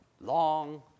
long